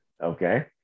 Okay